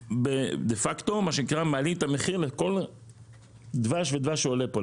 דה פקטו מה שקרה מעלים את המחיר לכל דבש ודבש שעולה פה.